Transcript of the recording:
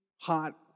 hot